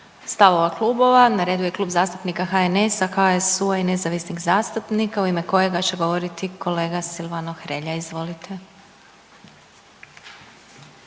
stavova klubova, na redu je Klub zastupnika HNS-a, HSU-a i nezavisnih zastupnika u ime kojega će govoriti kolega Silvano Hrelja. Izvolite.